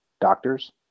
doctors